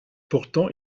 pourtant